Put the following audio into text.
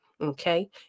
Okay